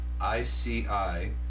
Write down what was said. I-C-I